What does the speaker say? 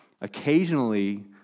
occasionally